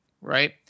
right